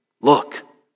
look